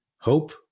hope